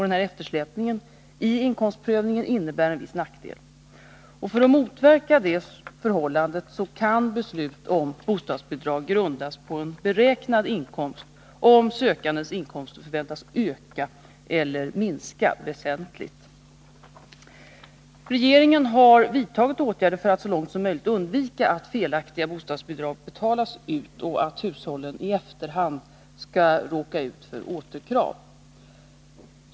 Denna eftersläpning i inkomstprövningen innebär en viss nackdel. För att motverka detta förhållande kan beslut om bostadsbidrag grundas på en beräknad inkomst, om sökandens inkomster förväntas öka eller minska väsentligt. Regeringen har vidtagit åtgärder för att så långt möjligt undvika att felaktiga bostadsbidrag betalas ut och att hushållen i efterhand skall råka ut för återkrav.